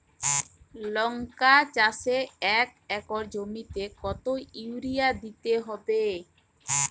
লংকা চাষে এক একর জমিতে কতো ইউরিয়া দিতে হবে?